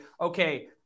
okay